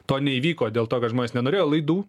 to neįvyko dėl to kad žmonės nenorėjo laidų